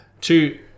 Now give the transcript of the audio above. two